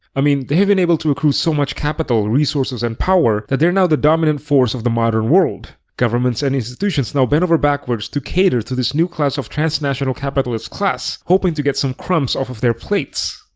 i mean, they have been able to accrue so much capital, resources and power that they're now the dominant force of the modern world. governments and institutions now bend over backwards to cater to this new class of transnational capitalist class, hoping to get some crumbs off of their plates.